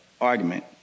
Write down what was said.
argument